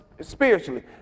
spiritually